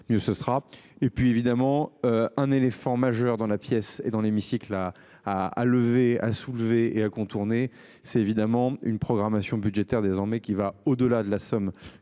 mieux ce sera et puis évidemment. Un éléphant majeur dans la pièce et dans l'hémicycle à à à levé à soulever et à contourner, c'est évidemment une programmation budgétaire désormais qui va au-delà de la somme